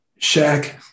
Shaq